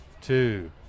two